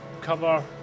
cover